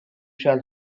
shall